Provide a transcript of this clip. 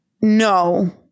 No